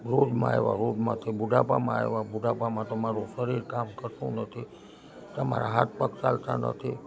ભોગમાં આવ્યા ભોગમાંથી બુઢાપામાં આવ્યા બુઢાપામાં તમારું શરીર કામ કરતું નથી તમારા હાથ પગ ચાલતા નથી